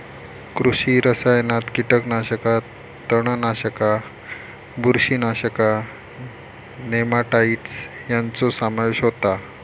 कृषी रसायनात कीटकनाशका, तणनाशका, बुरशीनाशका, नेमाटाइड्स ह्यांचो समावेश होता